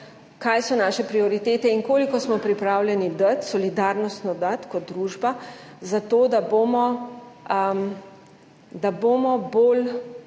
kaj so naše prioritete in koliko smo pripravljeni dati, solidarnostno dati kot družba zato, da bomo,